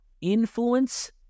influence